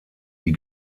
die